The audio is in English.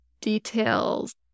details